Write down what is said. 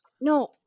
No